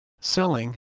selling